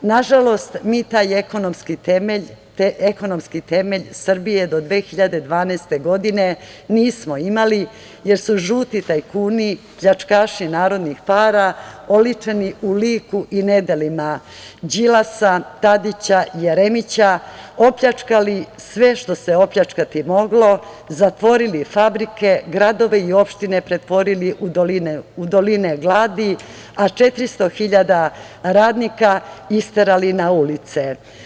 Nažalost, mi taj ekonomski temelj Srbije do 2012. godine nismo imali jer su žuti tajkuni, pljačkaši narodnih para, oličeni u liku i nedelima Đilasa, Tadića, Jeremića opljačkali sve što se opljačkati moglo, zatvorili fabrike, gradove i opštine pretvorili u doline gladi, a 400.000 radnika isterali na ulice.